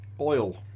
Oil